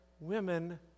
women